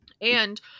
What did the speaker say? and-